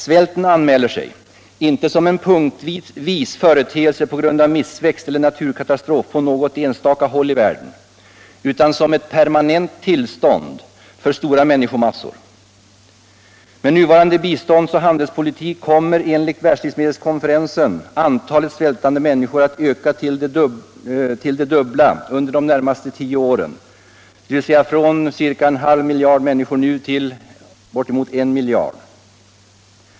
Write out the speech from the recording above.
Sviälten anmäler sig —- inte punktvis på grund av missväxt eller naturkatastrof på något enstaka håll i världen utan som ett permanent tillstånd för stora människomassor. Med nuvarande bistånds och handelspolitik kommer enligt världslivsmedelskonferensen antalet svältande människor att öka till det dubbla under de närmaste tio åren, dvs. från ca en halv miljard människor nu till bortåt en miljard.